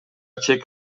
чек